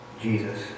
Jesus